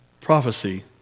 prophecy